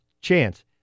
chance